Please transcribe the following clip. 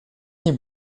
nie